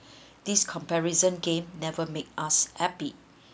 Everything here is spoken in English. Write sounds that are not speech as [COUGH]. [BREATH] this comparison gain never make us happy